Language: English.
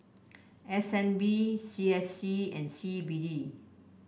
S N B C S C and C B D